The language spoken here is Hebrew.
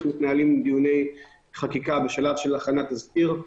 מתנהלים דיוני חקיקה בשלב של הכנת תזכיר.